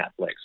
Netflix